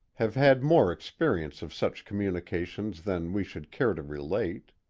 have had more experience of such communications than we should care to relate.